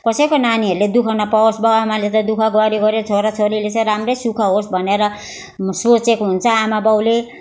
कसैको नानीहरूले दुःख नपावोस् बाउ आमाले त दुःख गर्यो गर्यो छोरा छोरीले चाहिँ राम्रो सुख होस् भनेर सोचेको हुन्छ आमा बाउले